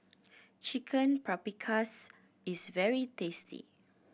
Chicken Paprikas is very tasty